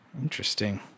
Interesting